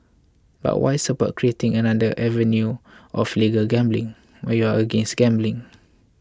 but why support creating another avenue of legal gambling when you're against gambling